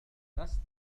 درست